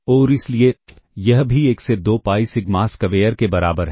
और इसलिए यह भी 1 से 2 पाई सिग्मा स्क्वेयर के बराबर है